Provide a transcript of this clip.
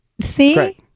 See